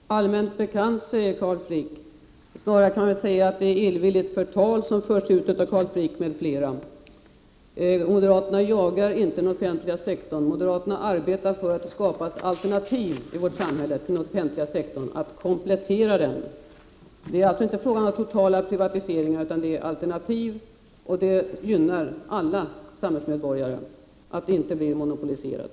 Herr talman! ”Det är allmänt bekant”, säger Carl Frick. Det är snarare illvilligt förtal som förs ut av Carl Frick m.fl. Moderaterna jagar inte den offentliga sektorn. Moderaterna arbetar för att det i vårt samhälle skapas alternativ till den offentliga sektorn som kan komplettera den. Det är alltså inte fråga om en total privatisering utan om alternativ, som gynnar alla medborgare, i motsats till en monopolisering.